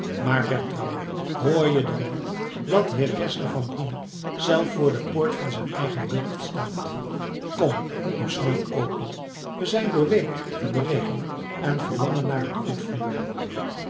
maar bertram hoor je dan niet dat heer geszler van bruneck zelf voor de poort van zijn eigen burcht staat kom doe snel open we zijn doorweekt van den regen en verlangen naar een goed vuur